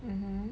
mmhmm